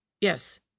Yes